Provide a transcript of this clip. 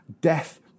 death